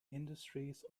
industries